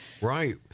Right